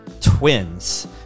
twins